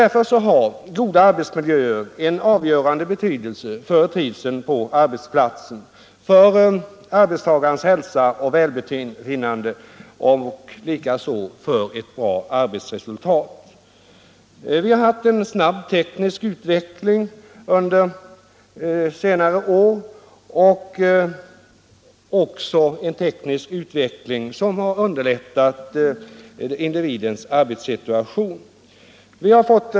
Därför har goda arbetsmiljöer en avgörande betydelse för trivseln på arbetsplatsen, för arbetstagarnas hälsa och välbefinnande och likaså för ett bra arbetsresultat. Vi har under senare år haft en snabb teknisk utveckling som har underlättat individens arbetssituation.